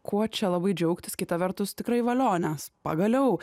kuo čia labai džiaugtis kita vertus tikrai valio nes pagaliau